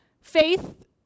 faith